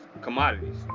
commodities